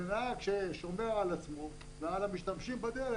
נהג ששומר על עצמו ועל המשתמשים בדרך,